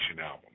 album